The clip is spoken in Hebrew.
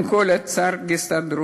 עם כל הצער, ההסתדרות.